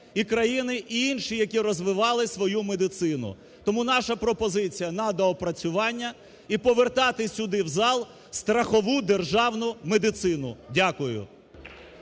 і країні інші, які розвивали свою медицину. Тому наша пропозиція, на доопрацювання. І повертати сюди, в зал, страхову державну медицину. Дякую.